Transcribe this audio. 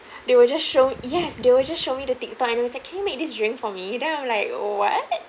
they will just show yes they will just show me the tiktok and can you make this drink for me then I'll like what